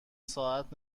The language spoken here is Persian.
ساعت